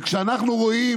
וכשאנחנו רואים,